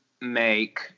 make